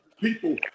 people